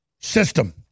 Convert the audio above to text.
system